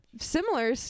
similar